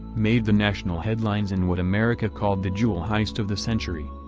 made the national headlines in what america called the jewel heist of the century.